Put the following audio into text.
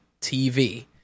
TV